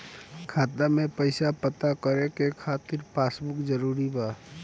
खाता में पईसा पता करे के खातिर पासबुक जरूरी बा?